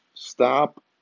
Stop